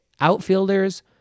outfielders